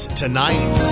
tonight